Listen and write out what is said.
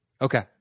Okay